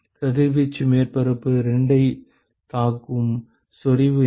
கதிர்வீச்சு மேற்பரப்பு 2 ஐத் தாக்கும் செறிவு என்ன